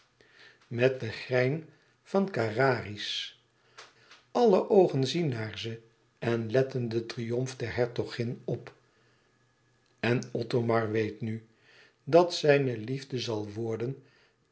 met het grein van carrarisch alle oogen zien naar ze en letten den triomf der hertogin op en othomar weet nu dat zijne liefde zal worden